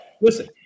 Listen